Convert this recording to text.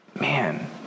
man